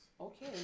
okay